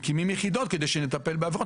מקימים יחידות כדי שנטפל בעבירות.